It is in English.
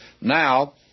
Now